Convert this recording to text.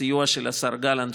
בסיוע של השר גלנט,